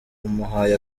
umuhaye